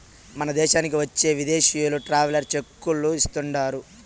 మన దేశానికి వచ్చే విదేశీయులు ట్రావెలర్ చెక్కులే ఇస్తాండారు